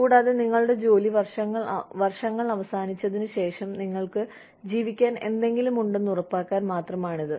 കൂടാതെ നിങ്ങളുടെ ജോലി വർഷങ്ങൾ അവസാനിച്ചതിന് ശേഷം നിങ്ങൾക്ക് ജീവിക്കാൻ എന്തെങ്കിലും ഉണ്ടെന്ന് ഉറപ്പാക്കാൻ മാത്രമാണിത്